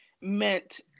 meant